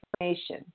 information